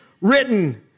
written